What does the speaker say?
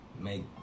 Make